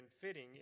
fitting